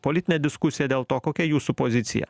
politinę diskusiją dėl to kokia jūsų pozicija